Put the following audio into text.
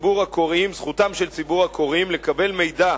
זכותם של ציבור הקוראים לקבל מידע